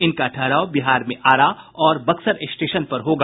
इनका ठहराव बिहार में आरा और बक्सर स्टेशन पर होगा